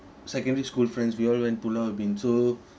secondary school friends we all went pulau ubin so